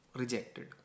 rejected